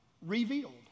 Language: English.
revealed